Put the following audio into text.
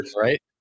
right